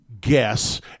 guess